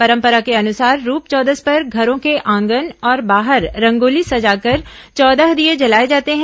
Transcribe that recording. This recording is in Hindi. परंपरा के अनुसार रूप चौदस पर घरों के आंगन और बाहर रंगोली सजाकर चौदह दीये जलाए जाते हैं